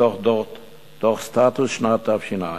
מתוך דוח סטטוס שנת תש"ע.